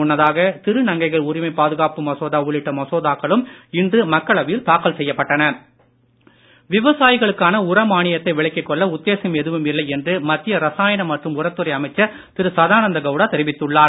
முன்னதாக திருநங்கைகள் உரிமை பாதுகாப்பு மசோதா உள்ளிட்ட மசோதாக்களும் இன்று மக்களவையில் தாக்கல் செய்யப்பட்டன விவசாயிகளுக்கான உர மானியத்தை விலக்கிக் கொள்ள உத்தேசம் எதுவும் இல்லை என்று மத்திய ரசாயன மற்றும் உரத்துறை அமைச்சர் திரு சதானந்த கவுடா தெரிவித்துள்ளார்